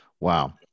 Wow